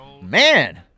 Man